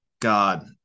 God